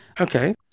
okay